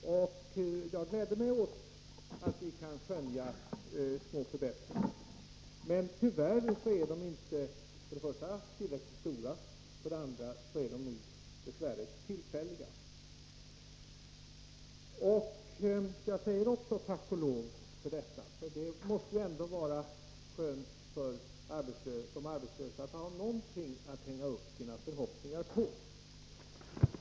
Herr talman! Jag förutskickade redan i mitt första anförande att jag av efterföljande talare skulle få höra att det ju har blivit bättre och att de sedan skulle komma att räkna upp en hel del indikationer på det. Också jag gläder mig åt att vi kan skönja små förbättringar, men för det första är de tyvärr inte tillräckligt stora, för det andra är de nog dess värre tillfälliga. Också jag säger tack och lov, för det måste ändå vara skönt för de arbetslösa att ha något att hänga upp sina förhoppningar på.